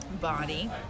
body